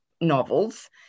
novels